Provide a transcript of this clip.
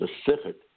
specific